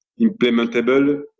implementable